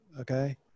okay